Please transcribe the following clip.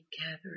gathering